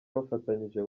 bafatanyije